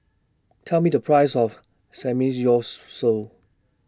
telll Me The Price of Samgyeopsal